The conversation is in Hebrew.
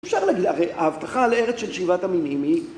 אפשר להבטחה לארץ של שבעת המינים היא